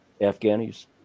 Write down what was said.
Afghanis